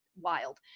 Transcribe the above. wild